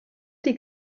die